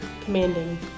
commanding